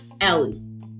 ellie